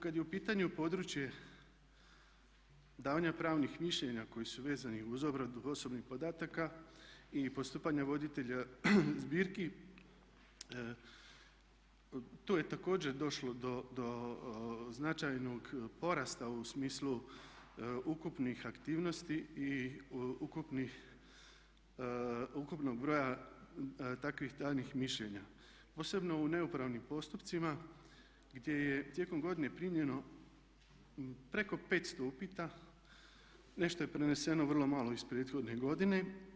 Kad je u pitanju područje davanja pravnih mišljenja koji su vezani uz obradu osobnih podataka i postupanje voditelja zbirki tu je također došlo do značajnog porasta u smislu ukupnih aktivnosti i ukupnog broja takvih tajnih mišljenja posebno u neupravnim postupcima gdje je tijekom godine primljeno preko 500 upita, nešto je preneseno vrlo malo ih prethodne godine.